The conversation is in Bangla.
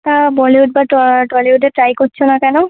তা বলিউড বা টলিউডে ট্রাই করছো না কেন